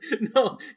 No